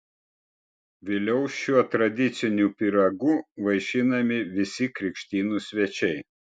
vėliau šiuo tradiciniu pyragu vaišinami visi krikštynų svečiai